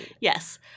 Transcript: yes